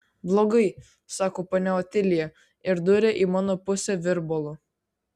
blogai sako ponia otilija ir duria į mano pusę virbalu